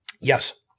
yes